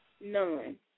None